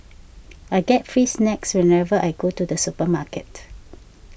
I get free snacks whenever I go to the supermarket